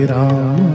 Ram